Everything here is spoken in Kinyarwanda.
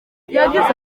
yagize